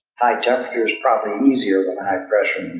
high-temperature is probably easier than high-pressure.